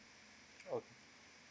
ok